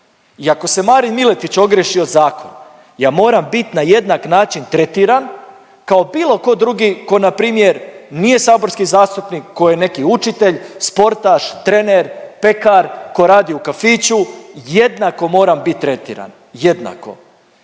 I ako se Marin Miletić ogriješi o zakon ja moram bit na jednak način tretiran kao bilo tko drugi tko na primjer nije saborski zastupnik, koji je neki učitelj, sportaš, trener, pekar, tko radi u kafiću, jednako moram bit tretiran, jednako.